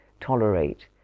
tolerate